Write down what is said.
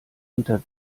unter